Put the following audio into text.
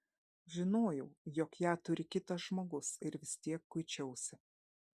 žinojau jog ją turi kitas žmogus ir vis tiek kuičiausi